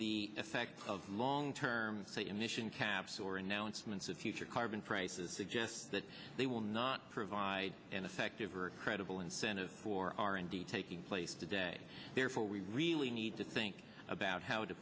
the effects of long term the emission caps or announcements of future carbon prices suggests that they will not provide an effective or credible incentive for r and d taking place today therefore we really need to think about how to